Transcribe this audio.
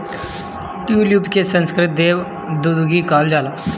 tulip के संस्कृत में देव दुन्दुभी कहल जाला